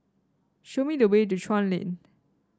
show me the way to Chuan Lane